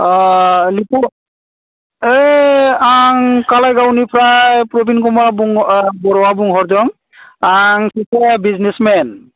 अ ओइ आं कलायगावनिफ्राय प्रबिन कुमार बर'आ बुंहरदों आं सासे बिजनेसमेन